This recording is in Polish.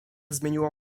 zmieniło